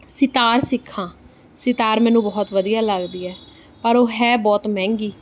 ਸਿਤਾਰ ਸਿੱਖਾਂ ਸਿਤਾਰ ਮੈਨੂੰ ਬਹੁਤ ਵਧੀਆ ਲੱਗਦੀ ਹੈ ਪਰ ਉਹ ਹੈ ਬਹੁਤ ਮਹਿੰਗੀ